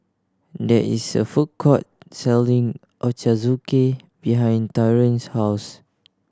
there is a food court selling Ochazuke behind Tyrone's house